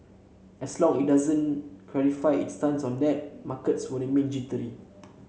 as long it doesn't clarify its stance on that markets will remain jittery